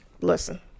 listen